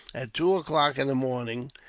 at two o'clock in the morning,